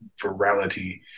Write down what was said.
virality